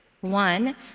One